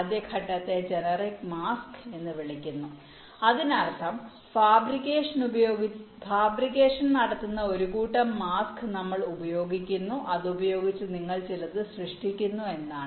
ആദ്യ ഘട്ടത്തെ ജനറിക് മാസ്കുകൾ എന്ന് വിളിക്കുന്നു അതിനർത്ഥം ഫാബ്രിക്കേഷൻ നടത്തുന്ന ഒരു കൂട്ടം മാസ്ക് നമ്മൾ ഉപയോഗിക്കുന്നു അത് ഉപയോഗിച്ച് നിങ്ങൾ ചിലത് സൃഷ്ടിക്കുന്നു എന്നാണ്